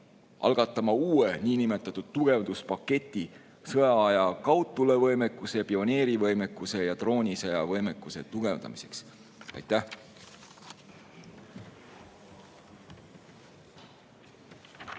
algatama uue niinimetatud tugevduspaketi sõjaaja kaudtulevõimekuse, pioneerivõimekuse ja droonisõjavõimekuse tugevdamiseks? Aitäh!